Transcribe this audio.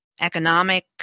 economic